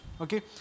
Okay